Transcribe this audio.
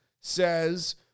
says